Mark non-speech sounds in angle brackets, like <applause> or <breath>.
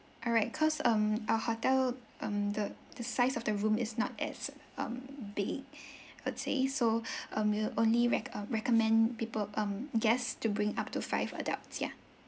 alright cause um our hotel um the the size of the room is not as um big <breath> per say so <breath> um we'll only rec~ uh recommend people um guests to bring up to five adults yeah